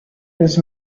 his